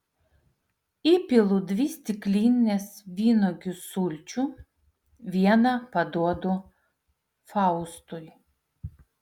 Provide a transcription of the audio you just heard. įpilu dvi stiklines vynuogių sulčių vieną paduodu faustui